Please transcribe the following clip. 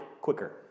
quicker